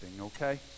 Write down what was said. okay